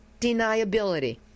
deniability